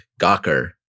Gawker